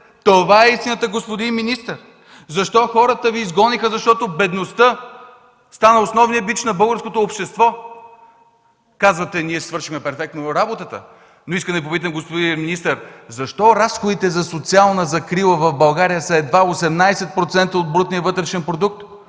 Това е истината, господин министър! Защо хората Ви изгониха? ¬– Защото бедността става основният бич на българското общество! Казвате: „Ние си свършихме работата”. Но искам да Ви попитам, господин министър, защото разходите за социална закрила в България са едва 18% от брутния вътрешен продукт?